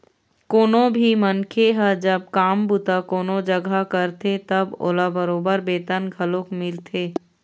कोनो भी मनखे ह जब काम बूता कोनो जघा करथे तब ओला बरोबर बेतन घलोक मिलथे